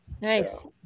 Nice